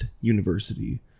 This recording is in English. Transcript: university